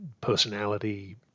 personality